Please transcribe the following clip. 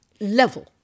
level